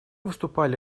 выступали